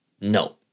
No